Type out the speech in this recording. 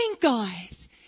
guys